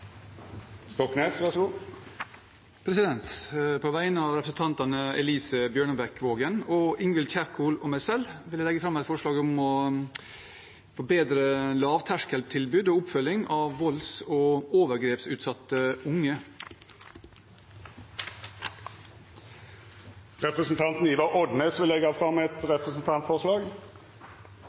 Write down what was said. Stoknes vil leggja fram eit representantforslag. På vegne av representantene Elise Bjørnebekk-Waagen, Ingvild Kjerkol og meg selv vil jeg fremme et forslag om bedre kommunetilbud til volds- og overgrepsutsatte unge. Representanten Ivar Odnes vil leggja fram eit representantforslag.